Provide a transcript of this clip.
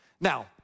Now